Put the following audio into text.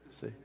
See